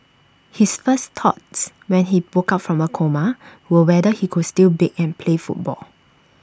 his first thoughts when he woke up from A coma were whether he could still bake and play football